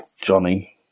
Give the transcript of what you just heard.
Johnny